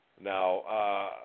Now